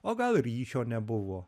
o gal ryšio nebuvo